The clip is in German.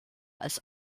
als